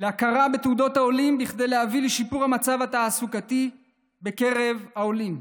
להכרה בתעודות העולים כדי להביא לשיפור המצב התעסוקתי בקרב העולים,